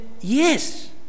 yes